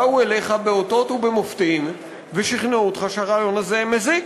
באו אליך באותות ובמופתים ושכנעו אותך שהרעיון הזה מזיק,